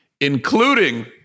including